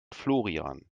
florian